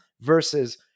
versus